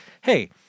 hey